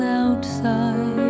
outside